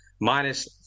minus